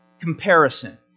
comparison